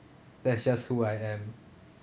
that's just who I am